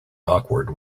awkward